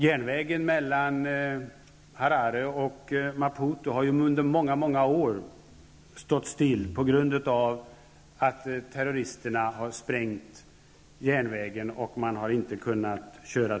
Järnvägen mellan Harare och Maputo sprängdes av terroristerna, och tågen har stått stilla under många år.